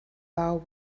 vow